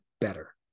better